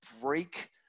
break